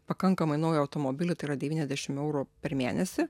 pakankamai naują automobilį tai yra devyniasdešim eurų per mėnesį